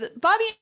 Bobby